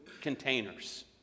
containers